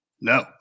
No